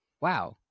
wow